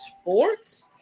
Sports